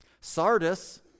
Sardis